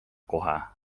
kohe